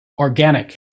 organic